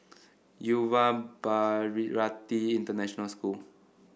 Yuva Bharati International School